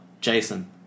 Jason